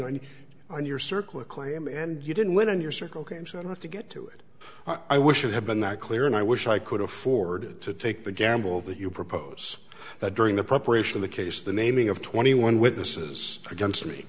and on your circle a claim and you didn't win in your circle games and have to get to it i wish it had been that clear and i wish i could afford to take the gamble that you propose that during the preparation of the case the naming of twenty one witnesses against me